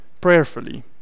prayerfully